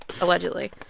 allegedly